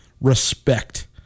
respect